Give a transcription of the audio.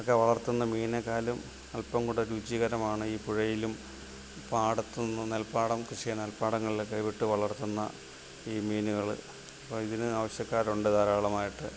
ഒക്കെ വളർത്തുന്ന മീനിനെക്കാളു അൽപ്പം കൂടെ രുചികരമാണ് ഈ പുഴയിലും പാടത്തു നിന്ന് നെൽപ്പാടം കൃഷി നെൽപ്പാടങ്ങളിലൊക്കെ വിട്ടു വളർത്തുന്ന ഈ മീനുകൾ ഇതിന് ആവിശ്യക്കാരുണ്ട് ധാരാളമായിട്ട്